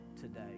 today